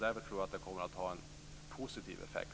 Därför tror jag att det kommer att ha en positiv effekt.